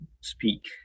speak